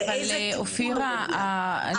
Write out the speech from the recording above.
לאיזה טיפול הוא מגיע.